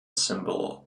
symbol